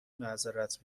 معذرت